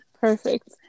Perfect